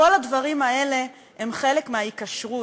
כל הדברים האלה הם חלק מההיקשרות,